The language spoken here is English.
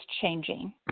changing